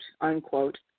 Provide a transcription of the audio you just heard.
unquote